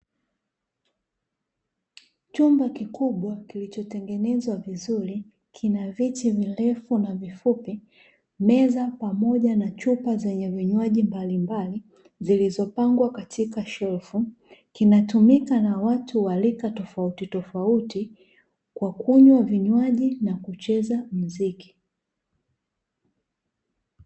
Chumba kikubwa kilichotengenezwa vizuri, kina viti virefu na vifupi, meza pamoja na chupa zenye vinywaji mbalimbali, zilizopangwa katika shelfu, kinatumika na watu wa rika tofauti tofauti kwa kunywa vinywaji na kucheza muziki.